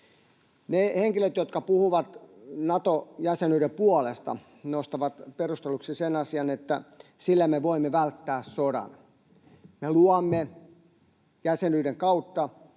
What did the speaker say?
Ne henkilöt, jotka puhuvat Nato-jäsenyyden puolesta, nostavat perusteluksi sen asian, että sillä me voimme välttää sodan. Me luomme jäsenyyden kautta